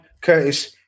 Curtis